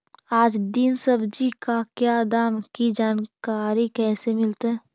आज दीन सब्जी का क्या दाम की जानकारी कैसे मीलतय?